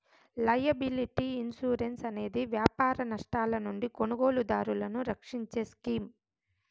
liability insurance అనేది వ్యాపార నష్టాల నుండి కొనుగోలుదారులను రక్షించే స్కీమ్